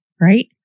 Right